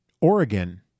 Oregon